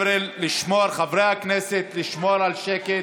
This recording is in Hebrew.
חברי הכנסת, לשמור על שקט.